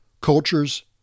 cultures